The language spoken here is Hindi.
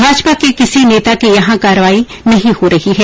भाजपा के किसी नेता के यहां कार्रवाई नहीं हो रही है